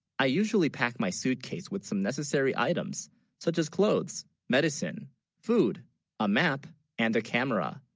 i? usually, pack, my, suitcase with, some necessary items such as clothes medicine food a map and a camera